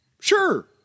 Sure